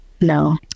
No